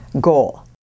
goal